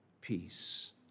peace